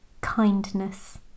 kindness